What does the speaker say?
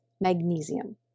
magnesium